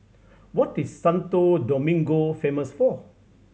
what is Santo Domingo famous for